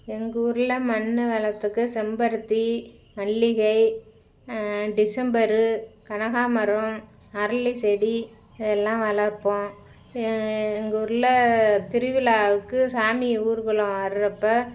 எங்கள் ஊரில் மண் வளத்துக்கு செம்பருத்தி மல்லிகை டிசம்பரு கனகாம்மரம் அரளி செடி இதெல்லாம் வளர்ப்போம் எங்கள் ஊரில் திருவிழாவுக்கு சாமி ஊர்வலம் வர்றப்போ